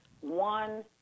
one